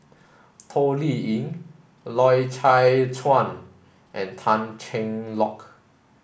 Toh Liying Loy Chye Chuan and Tan Cheng Lock